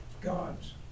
gods